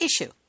issue